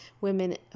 women